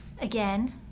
again